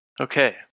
Okay